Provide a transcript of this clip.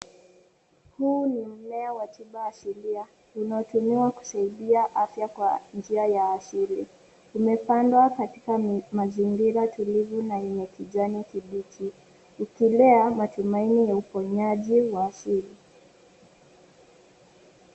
Huu ni mmea wa tiba ya asilia, unao tumiwa kusaidia afya kwa njia ya asili. Imepandwa katika mazingira tulivu na yenye kijani kibichi Ikilea matumaini ya uponyaji wa asili.